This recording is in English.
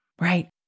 right